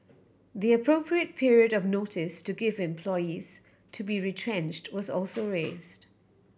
the appropriate period of notice to give employees to be retrenched was also raised